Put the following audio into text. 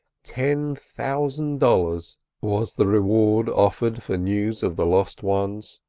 ten thousand dollars was the reward offered for news of the lost ones,